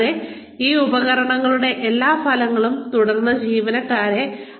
കൂടാതെ ഈ ഉപകരണങ്ങളുടെ എല്ലാ ഫലങ്ങളും തുടർന്ന് ജീവനക്കാരെ അറിയിക്കുന്നു